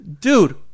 dude